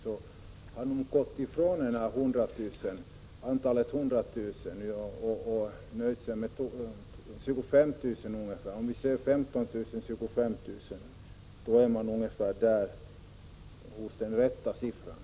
Man har gått ifrån antalet 100 000 och nöjer sig med 15 000-25 000 — det är närmare det rätta antalet.